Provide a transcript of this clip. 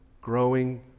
growing